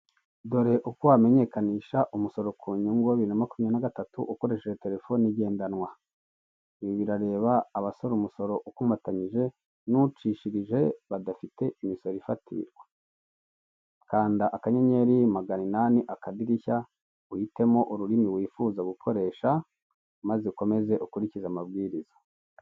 Dore uko wamenyekanisha umusoro ku nyungu bibiri na makumyabiri na gatatu ukoresheje terefone igendanwa, ibi birareba abasora umusoro ukomatanyije n'ucishirije badafite imisoro ufatirwa, kanda akanyenyeri maganinani akadirishya uhitemo ururimi wifuza gukoresha maze ukomeze ukurikize amabwiriza.